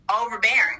overbearing